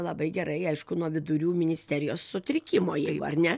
labai gerai aišku nuo vidurių ministerijos sutrikimo jai ar ne